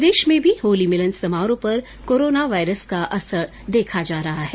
प्रदेश में भी होली मिलन समारोह पर कोरोना वायरस का असर देखा जा रहा है